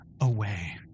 away